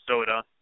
soda